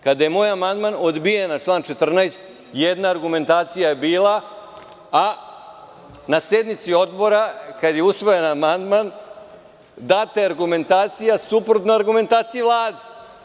Kada je moj amandman na član 14. odbijen, jedna argumentacija je bila, a na sednici Odbora, kada je usvojen amandman, data je argumentacija suprotna argumentaciji Vlade.